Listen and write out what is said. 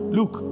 Look